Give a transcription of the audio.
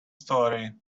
story